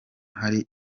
hari